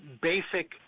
basic